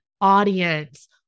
audience